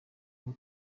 aho